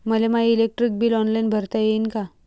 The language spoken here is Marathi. मले माय इलेक्ट्रिक बिल ऑनलाईन भरता येईन का?